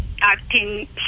acting